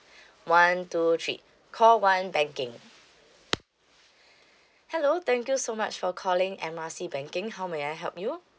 one two three call one banking hello thank you so much for calling M R C banking how may I help you